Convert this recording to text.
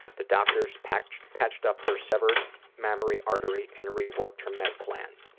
the doctors patched patched up her severed mammary artery and re-worked her med plan.